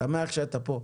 אני שמח שאתה פה.